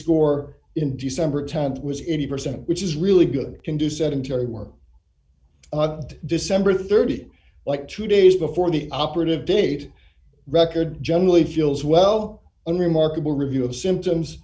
score in december th was eighty percent which is really good can do sedentary work december thirty like two days before the operative date record generally feels well unremarkable review of symptoms